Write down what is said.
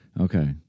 okay